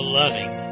loving